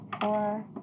Four